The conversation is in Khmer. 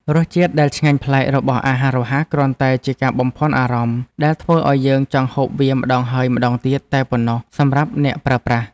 រសជាតិដែលឆ្ងាញ់ប្លែករបស់អាហាររហ័សគ្រាន់តែជាការបំភាន់អារម្មណ៍ដែលធ្វើឲ្យយើងចង់ហូបវាម្តងហើយម្តងទៀតតែប៉ុណ្ណោះសម្រាប់អ្នកប្រើប្រាស់។